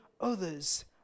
others